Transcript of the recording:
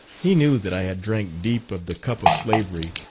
he knew that i had drank deep of the cup of slavery,